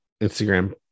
Instagram